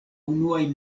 unuaj